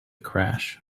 crash